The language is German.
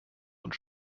und